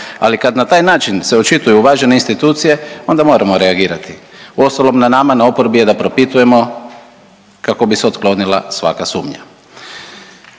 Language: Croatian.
ali kad na taj način se očituju uvažene institucije onda moramo reagirati. Uostalom na nama, na oporbi je da propitujemo kako bi se otklonila svaka sumnja.